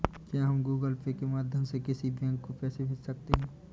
क्या हम Google Pay के माध्यम से किसी बैंक को पैसे भेज सकते हैं?